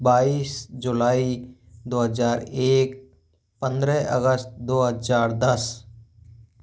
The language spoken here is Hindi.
बाइस जुलाई दो हजार एक पंद्रह अगस्त दो हजार दस